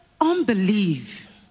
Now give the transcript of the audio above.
unbelief